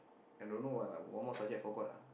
I don't know what lah one more subject forgot lah